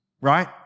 right